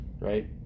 right